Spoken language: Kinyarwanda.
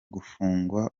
gufungwa